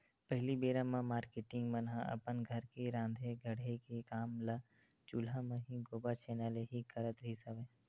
पहिली बेरा म मारकेटिंग मन ह अपन घर के राँधे गढ़े के काम ल चूल्हा म ही, गोबर छैना ले ही करत रिहिस हवय